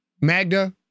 Magda